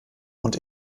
und